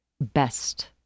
best